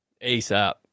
ASAP